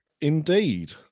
Indeed